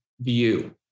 view